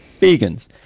Vegans